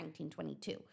1922